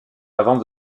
avant